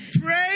Praise